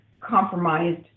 compromised